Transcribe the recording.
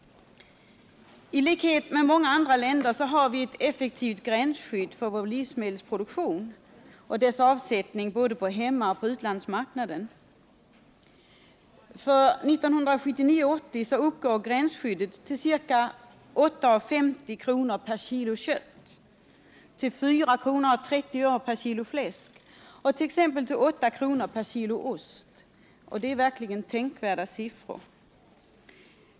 I likhet med många andra länder har vi ett effektivt gränsskydd för vår livsmedelsproduktion och dess avsättning på både hemmaoch utlandsmarknaden. För budgetåret 1979/80 uppgår gränsskyddet till ca 8:50 kr. per kilo kött, 4:30 per kilo fläsk och 8:00 per kilo ost. Det är verkligen tänkvärda siffror.